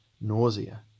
nausea